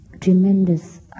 tremendous